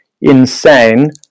insane